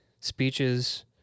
speeches